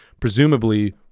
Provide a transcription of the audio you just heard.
presumably